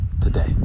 today